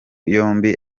yombi